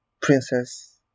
Princess